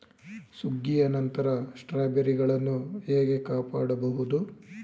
ಸುಗ್ಗಿಯ ನಂತರ ಸ್ಟ್ರಾಬೆರಿಗಳನ್ನು ಹೇಗೆ ಕಾಪಾಡ ಬಹುದು?